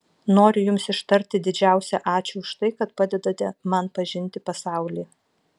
noriu jums ištarti didžiausią ačiū už tai kad padedate man pažinti pasaulį